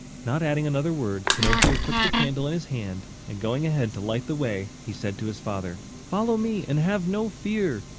not adding another word, pinocchio took the candle in his hand and going ahead to light the way, he said to his father follow me and have no fear.